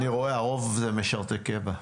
אני רואה שהרוב הם משרתי קבע.